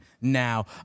now